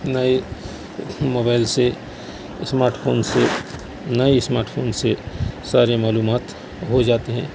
نئے موبائل سے smart phone سے نئے اسماٹ فون سے سارے معلومات ہو جاتے ہیں